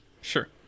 Sure